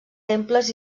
temples